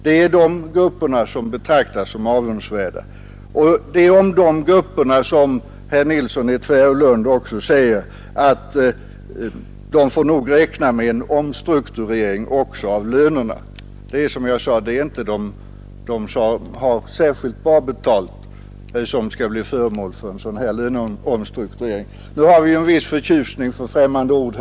Det är dessa grupper som betraktas som avundsvärda, och det är om dessa grupper som herr Nilsson i Tvärålund säger att de får nog räkna med en omstrukturering också av lönerna. Det är, som jag sade, inte de som har särskilt bra betalt som skall bli föremål för en sådan här löneomstrukturering. Nu har vi ju en viss förkärlek för främmande ord.